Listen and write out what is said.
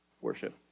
worship